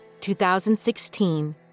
2016